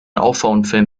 auffahrunfällen